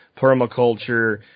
Permaculture